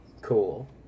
Cool